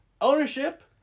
ownership